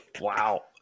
Wow